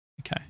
Okay